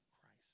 Christ